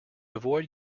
avoid